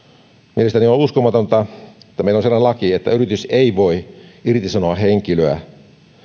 mielestäni on uskomatonta että meillä on sellainen laki että yritys ei voi irtisanoa henkilöä